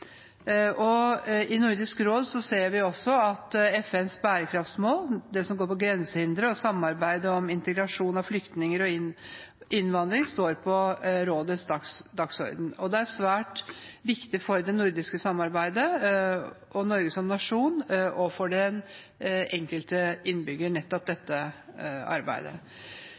dimensjonen. I Nordisk råd ser vi også at de av FNs bærekraftsmål som går på grensehindre og samarbeid om integrasjon av flyktninger og innvandring, står på rådets dagsorden. Dette arbeidet er svært viktig for det nordiske samarbeidet, for Norge som nasjon og for den enkelte innbygger.